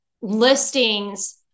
listings